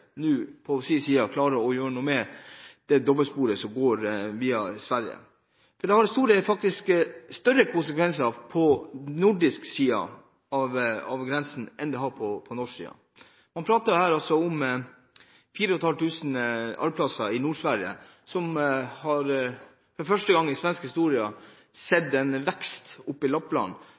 på sin side nå klarer å gjøre noe med dobbeltsporet som går via Sverige. Det har faktisk større konsekvenser på svensk og finsk side av grensen enn det har på norsk side. Man prater her om 4 500 arbeidsplasser i Nord-Sverige, der man for første gang i svensk historie har sett en vekst i Lappland, og man må sette opp brakkerigger som bolig for folk. I